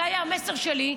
זה היה המסר שלי,